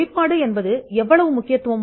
வெளிப்படுத்துவது எவ்வளவு முக்கியம்